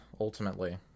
ultimately